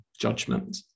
judgment